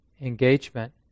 engagement